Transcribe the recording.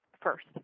first